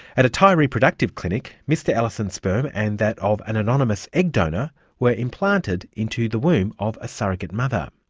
at a thai reproductive clinic, mr ellison's sperm and that of an anonymous egg donor were implanted into the womb of a surrogate mother.